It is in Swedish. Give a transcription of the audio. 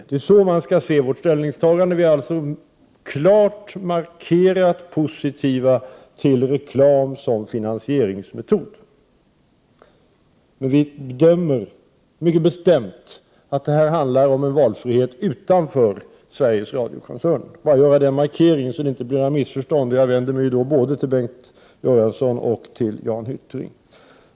Det är så man skall se vårt ställningstagande. Vi är alltså klart positiva till reklam som finansieringsmetod, men vi bedömer mycket bestämt att det här handlar om en valfrihet utanför Sveriges Radio-koncernen. Jag vill göra den markeringen så att det inte blir några missförstånd, och jag vänder mig då både till Bengt Göransson och till Jan Hyttring.